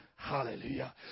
Hallelujah